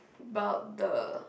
but the